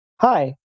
Hi